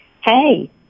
Hey